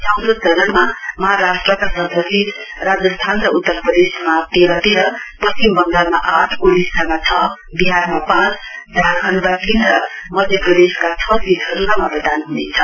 चौथो चरणमा महाराष्ट्रका सत्र सीट राजस्थान र उत्तर प्रदेशमा तेह्र तेह्र पश्चिम बंगालमा आठ ओडिसामा छ विहारमा पाँच झारखण्डमा तीन र मध्यप्रदेसका छ सीटहरूमा मतदान हुनेछ